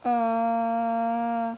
uh